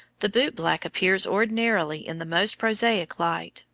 the boot-black appears ordinarily in the most prosaic light,